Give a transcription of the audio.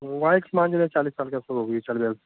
wife मान लीजिए चालिस साल के आसपास होगी चालिस बयालीस